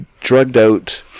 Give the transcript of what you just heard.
drugged-out